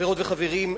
חברות וחברים,